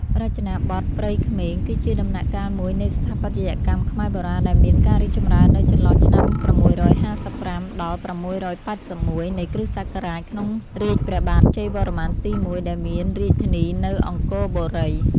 រចនាបថព្រៃក្មេង គឺជាដំណាក់កាលមួយនៃស្ថាបត្យកម្មខ្មែរបុរាណ ដែលមានការរីកចម្រើននៅចន្លោះឆ្នាំ ៦៥៥ ដល់ ៦៨១ នៃគ្រិស្តសករាជ ក្នុងរាជ្យព្រះបាទជ័យវរ្ម័នទី១ ដែលមានរាជធានីនៅអង្គរបុរី។